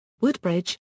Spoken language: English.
Woodbridge